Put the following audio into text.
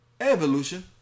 Evolution